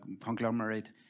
conglomerate